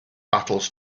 battles